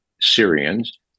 Syrians